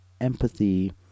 empathy